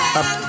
up